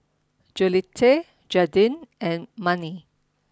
Jolette Jaeden and Manie